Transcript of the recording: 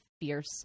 fierce